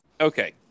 Okay